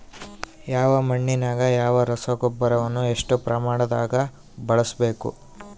ಯಾವ ಮಣ್ಣಿಗೆ ಯಾವ ರಸಗೊಬ್ಬರವನ್ನು ಎಷ್ಟು ಪ್ರಮಾಣದಾಗ ಬಳಸ್ಬೇಕು?